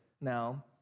now